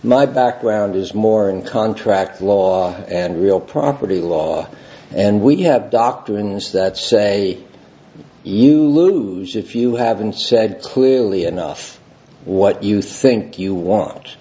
my background is more in contract law and real property law and we have doctoring those that say you lose if you haven't said clearly enough what you think you wa